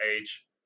age